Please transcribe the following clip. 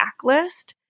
backlist